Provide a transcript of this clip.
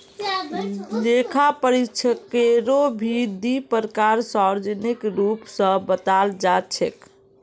लेखा परीक्षकेरो भी दी प्रकार सार्वजनिक रूप स बताल जा छेक